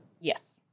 Yes